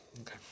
Okay